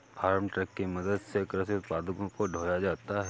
farm truck की मदद से कृषि उत्पादों को ढोया जाता है